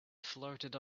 floated